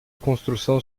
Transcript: construção